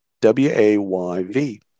W-A-Y-V